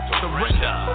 surrender